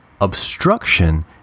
obstruction